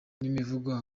n’imivugo